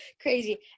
crazy